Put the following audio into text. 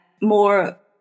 more